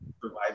provide